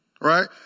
right